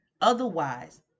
Otherwise